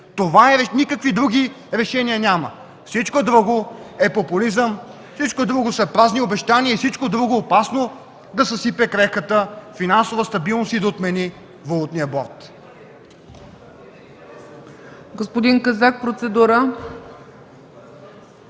Никакви други решения няма! Всичко друго е популизъм, всичко друго са празни обещания, всичко друго е опасност да съсипе крехката финансова стабилност и да отмени валутния борд!